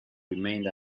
remained